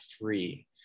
free